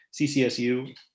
CCSU